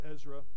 Ezra